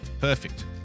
Perfect